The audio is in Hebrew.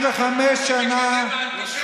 65 שנה,